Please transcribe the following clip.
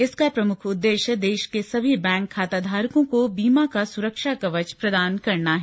इसका प्रमुख उद्देश्य देश के सभी बैंक खाताधारकों को बीमा का सुरक्षा कवच प्रदान करना है